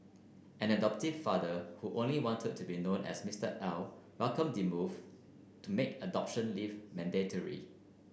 an adoptive father who only wanted to be known as Mister L welcomed the move to make adoption leave mandatory